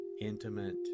intimate